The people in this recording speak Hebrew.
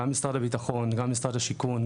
גם משרד הביטחון גם משרד השיכון,